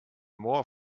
more